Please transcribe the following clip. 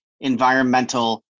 environmental